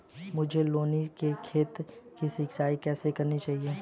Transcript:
मुझे लौकी के खेत की सिंचाई कैसे करनी चाहिए?